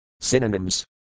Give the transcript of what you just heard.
Synonyms